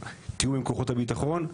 ולתיאום עם כוחות הביטחון.